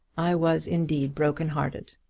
i was indeed broken-hearted.